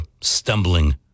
stumbling